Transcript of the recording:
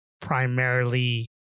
primarily